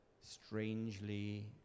strangely